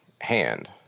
hand